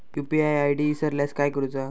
UPI ID इसरल्यास काय करुचा?